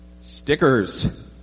stickers